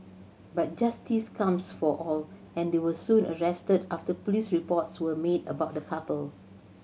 but justice comes for all and they were soon arrested after police reports were made about the couple